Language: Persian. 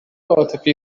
عاطفی